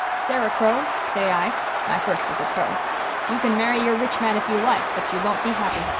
sarah crowe say i my first was a crowe you can marry your rich man if you like but you won't be happy.